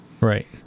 Right